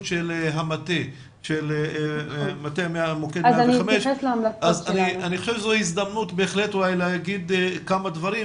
פעילות מוקד 105. אני חושב שזאת הזדמנות לומר כמה דברים,